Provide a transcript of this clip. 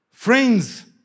friends